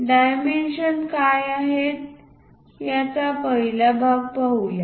dimensions काय आहेत याचा पहिला भाग पाहूया